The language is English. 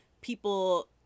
People